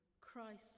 Christ